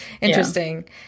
interesting